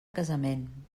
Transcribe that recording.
casament